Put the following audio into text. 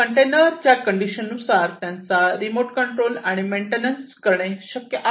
कंटेनरच्या condition नुसार त्यांचा remote control आणि मेंटेनन्स करणे शक्य आहे